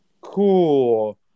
cool